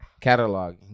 catalog